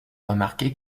remarquer